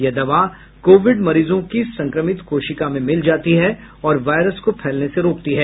यह दवा कोविड मरीजों की संक्रमित कोशिका में मिल जाती है और वायरस को फैलने से रोकती है